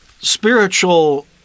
spiritual